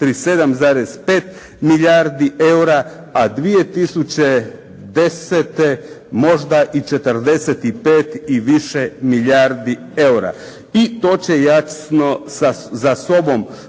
37,5 milijardi EUR-a, a 2010. možda i 45 i više milijardi EUR-a. I to će jasno za sobom povući